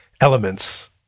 elements